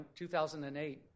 2008